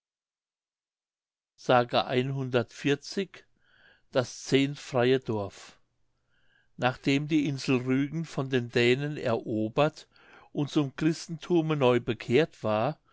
das zehntfreie dorf nachdem die insel rügen von den dänen erobert und zum christenthume neu bekehrt war